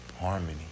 harmony